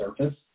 surface